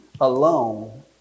alone